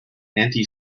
anti